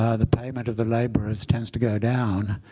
ah the payment of the laborers tends to go down.